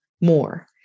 more